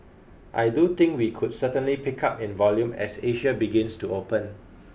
I do think we could certainly pick up in volume as Asia begins to open